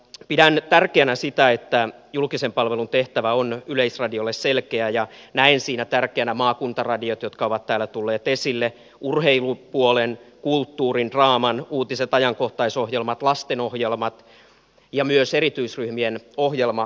pidän tärkeänä sitä että julkisen palvelun tehtävä on yleisradiolle selkeä ja näen siinä tärkeänä maakuntaradiot jotka ovat täällä tulleet esille urheilupuolen kulttuurin draaman uutiset ajankohtaisohjelmat lastenohjelmat ja myös erityisryhmien ohjelmatarjonnan